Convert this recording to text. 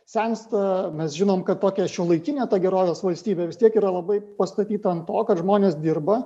sensta mes žinom kad tokia šiuolaikinė gerovės valstybė vis tiek yra labai pastatyta ant to kad žmonės dirba